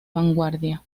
vanguardia